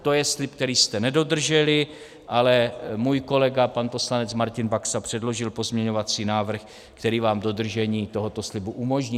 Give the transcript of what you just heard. To je slib, který jste nedodrželi, ale můj kolega pan poslanec Martin Baxa předložil pozměňovací návrh, který nám dodržení tohoto slibu umožní.